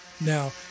Now